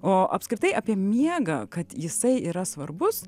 o apskritai apie miegą kad jisai yra svarbus